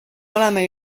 oleme